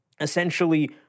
essentially